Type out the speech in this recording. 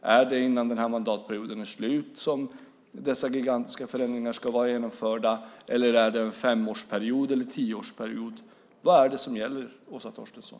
Är det före mandatperiodens slut som de gigantiska förändringarna ska vara genomförda, eller ska de ske över en femårsperiod eller en tioårsperiod? Vad är det som gäller, Åsa Torstensson?